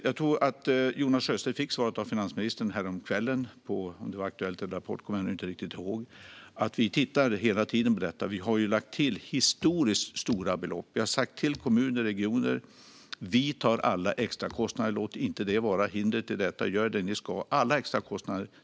Jag tror att Jonas Sjöstedt fick svaret av finansministern härom kvällen - jag kommer inte ihåg om det var i Aktuellt eller Rapport - att vi hela tiden tittar på detta. Vi har lagt till historiskt stora belopp. Vi har sagt till kommuner och regioner att vi tar alla extrakostnader och att de inte ska låta hindra sig utan göra det de ska. Staten tar alla extrakostnader.